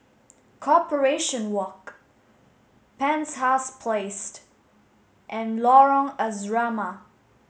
Corporation Walk Penshurst Place and Lorong Asrama